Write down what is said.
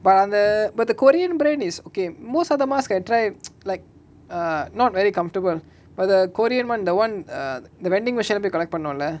but அந்த:antha but the korean brand is okay most other mask I try like err not very comfortable but the korean one the one uh the vending machine ah போய்:poai collect பன்னோல:pannola